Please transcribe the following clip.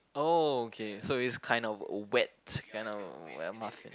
oh okay so it's kind of a wet kind of muffin